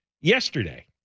yesterday